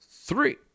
three